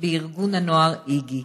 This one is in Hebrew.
בארגון הנוער איגי.